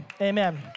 Amen